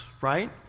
right